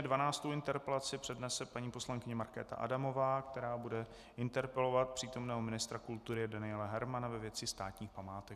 Dvanáctou interpelaci přednese paní poslankyně Markéta Adamová, která bude interpelovat přítomného ministra kultury Daniela Hermana ve věci státních památek.